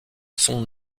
son